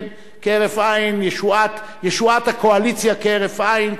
ישועת הקואליציה כהרף עין.